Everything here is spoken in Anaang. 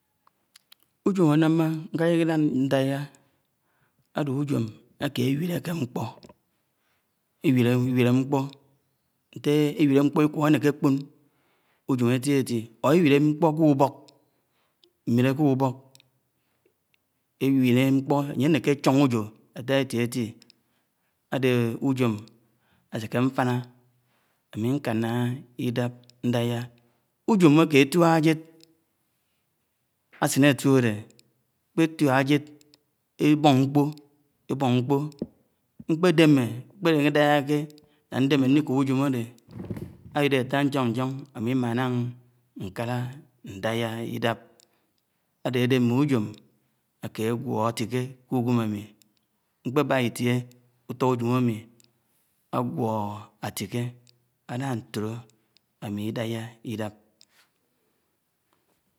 Ujóm ánaḿa nḱaléka ́ ídap ńdeh́a áde ujóm aké eẃileké nkpo, éwile nḱpo. eẃile nkṕo Ikiẃe ànye ańeké akpón ujóm etí etí or ewile nkpo ḱe úbok, mmile ké ubók, éwile ńkpo ónye aneke achon újó, attá etíetí ádé ujoḿ aśeke afina ami nkana Idap ndaya. Ujom ake etuaha ajed asine ke atu ade, ekpetua ajed, ebon mkpoo, ebon mkpoo. ḿkpedeme, kpede ńkidatake, ádeme nlíkóp újom áde, áwidé att́a ńchoń ńchon ámi̱ Imana nkalá ńdayá idap, áde ́ádé m̃me újom áke ãgwóho, atikẽ, ḱe ugwem ami, mkṕebà ké Itie uto. ujom ámi ágwo̱ho átiké, ánna ńtre. ámi Ídaya ĩdap.